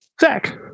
Zach